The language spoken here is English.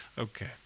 Okay